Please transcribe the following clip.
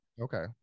Okay